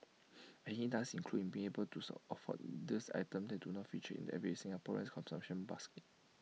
and IT does include being able to afford this items that do not feature in the everything Singaporean's consumption basket